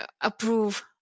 approve